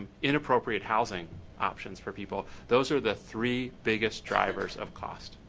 inappropriate housing options for people, those are the three biggest drivers of cost.